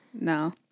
No